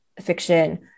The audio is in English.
fiction